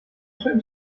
schönen